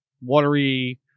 watery